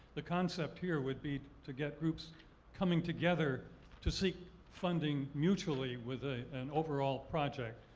the concept here would be to get groups coming together to seek funding, mutually, with an overall project,